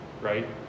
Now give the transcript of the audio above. Right